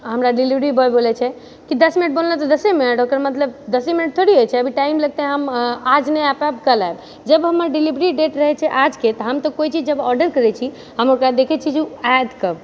हमरा delivery boy बोलय छै कि दस मिनट बोललहुँ तऽ दसे मिनट ओकर मतलब दशे मिनट थोड़ी होय छै अभी टाइम लगतै हम आज नहि आ पाएब कल आएब जब हमर डिलीवरी डेट रहै छै आजके तऽ हम कोइ चीज जब ऑर्डर करैत छी हम ओकरा देखै छी जे आएत कब